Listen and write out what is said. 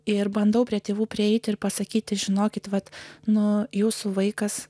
ir bandau prie tėvų prieiti ir pasakyti žinokite kad nuo jūsų vaikas